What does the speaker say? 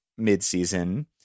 midseason